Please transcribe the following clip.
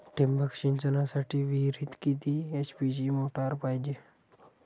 ठिबक सिंचनासाठी विहिरीत किती एच.पी ची मोटार पायजे?